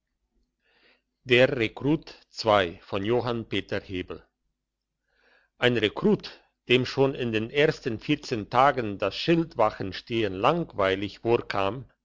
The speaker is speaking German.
der rekrut ein rekrut dem schon in den ersten vierzehn tagen das schildwachstehen langweilig